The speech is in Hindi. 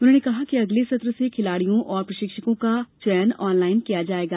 उन्होंने कहा कि अगले सत्र से खिलाड़ियों एवं प्रशिक्षिकों का चयन ऑनलाइन किया जाएगा